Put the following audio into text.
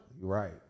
Right